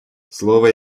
слово